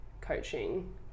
coaching